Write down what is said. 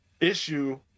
issue